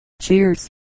Cheers